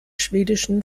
schwedischen